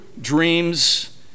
dreams